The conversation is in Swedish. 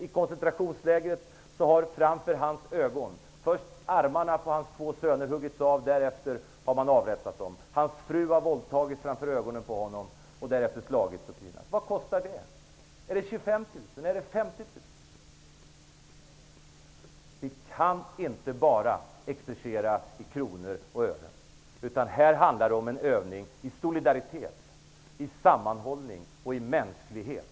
I koncentrationslägret har armarna på hans två söner huggits av framför hans ögon, och därefter har man avrättat sönerna. Hans fru har våldtagits framför ögonen på honom och därefter slagits och pinats. Vad kostar det? Är det 25 000? Är det 50 000? Vi kan inte bara exercera i kronor och ören. Det handlar om en övning i solidaritet, i sammanhållning och i mänsklighet.